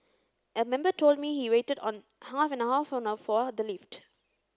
a member told me he waited on half an hour for the lift